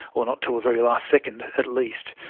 or not until the very last second at least.